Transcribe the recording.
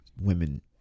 women